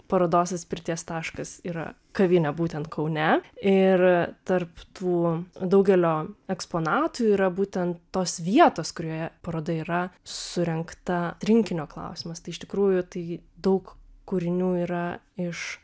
parodos atspirties taškas yra kavinė būtent kaune ir tarp tų daugelio eksponatų yra būtent tos vietos kurioje paroda yra surengta rinkinio klausimas tai iš tikrųjų tai daug kūrinių yra iš